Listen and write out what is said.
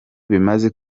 bimaze